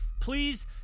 Please